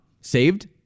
saved